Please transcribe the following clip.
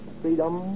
freedom